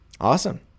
awesome